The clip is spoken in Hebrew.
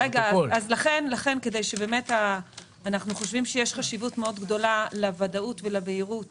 אנחנו חושבים שיש חשיבות גדולה מאוד לוודאות ולבהירות